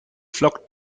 flockt